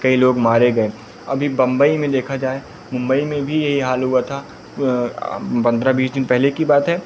कई लोग मारे गए अभी बंबई में देखा जाए मुंबई में भी यही हाल हुआ था बांद्रा बीच में पहले की बात है